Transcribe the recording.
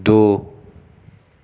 दो